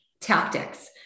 tactics